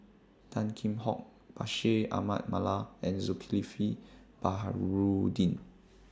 Tan Kheam Hock Bashir Ahmad Mallal and Zulkifli Baharudin